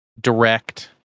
direct